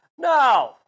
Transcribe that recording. No